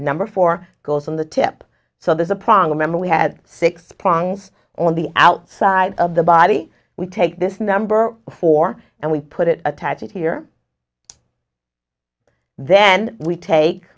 number four goes on the tip so there's a problem m we had six prongs on the outside of the body we take this number four and we put it attach it here then we take